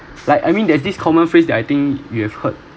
like I mean there's this common phrase that I think you have heard